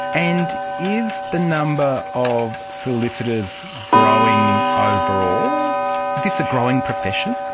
and is the number of solicitors growing overall? is this a growing profession?